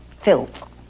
filth